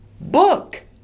book